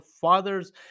father's